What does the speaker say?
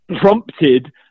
prompted